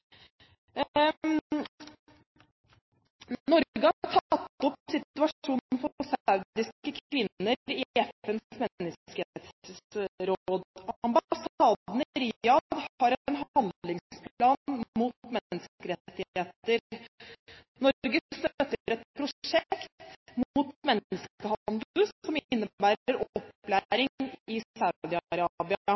Norge har tatt opp situasjonen for saudiske kvinner i FNs menneskerettighetsråd. Ambassaden i Riyadh har en handlingsplan for menneskerettigheter. Norge støtter et prosjekt mot menneskehandel som innebærer opplæring i